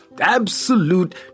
absolute